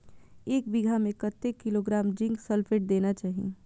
एक बिघा में कतेक किलोग्राम जिंक सल्फेट देना चाही?